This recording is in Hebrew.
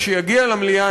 לכשיגיע למליאה,